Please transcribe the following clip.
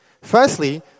Firstly